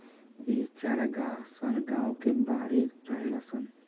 इ चारागाह सन गांव के बाहरी रहेला सन